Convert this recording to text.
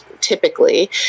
typically